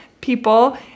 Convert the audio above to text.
people